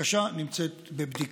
הבקשה נמצאת בבדיקה.